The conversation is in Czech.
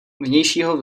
vnějšího